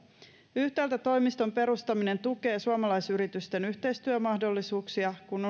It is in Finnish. yhtäältä toimiston perustaminen tukee suomalaisyritysten yhteistyömahdollisuuksia kun